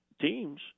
teams